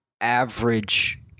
average